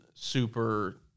super